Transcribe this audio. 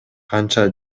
канча